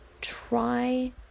Try